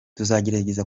tuzagerageza